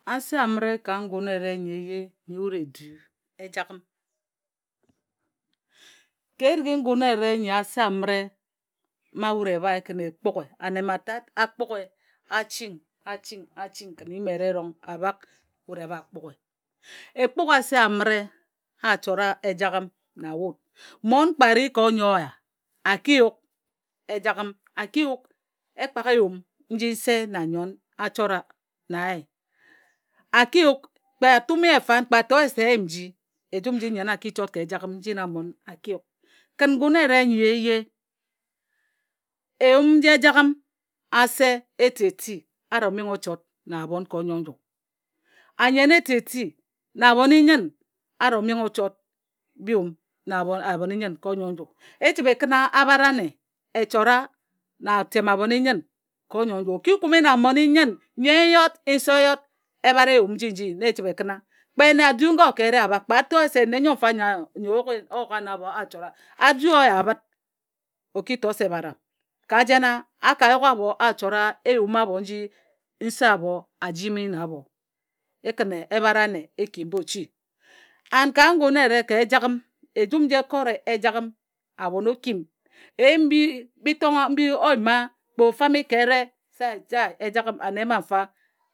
Ase amǝre ka ngun nyieye nyi wut e du Ejagham ka erik i ngun eyere nya ase amǝre mma wut e bhae kǝn e kpughe mma tat a kpughe a ching a ching a ching kǝn nyim eyere erong a bhak wut e bhak e bha kpughe e kughe ase amǝre a chora Ejagham na wut. Mmon kpe a ri ka onyoe oya a ki yuk ejagham a ki yak ekpak eyum nji nse na nnyen a chora na ye a ki yuk kpe a tum ye fam kpe a toe ye se a yim nji ejum nnyen nji. Nnyen a ki chot ka ejagham nji na mmon a ki yuk kǝn ngun eyere nyi eye eyum nji ejagham ase eti eti a ro menghe o chot bi yum na abhoninyen ka onyoe nju e chǝbhe e kǝna abhare ane e chora na abhoninyen ka onyoe nji. O ki kume na mmoninyen nnyen yot nse yot ebhare nji nji na e chǝbhe e kǝna kpe nne a du ngo ka ere kpe a to yese nne nyo nfa nyo o yuk ano abho achora a du oyabǝt o ki to se baram ka jena a ka yuk abho a chora eyum abho nji nse abho a jimi na abho. E kǝn ebhare ane e ki mba ochi an ngun eyere ka ejagham ejum nji e kore ejagham abhon okim eyim mbi mbi o yima kpe o fame ka ere se chai Ejagham ane mma nfa.